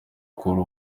kuri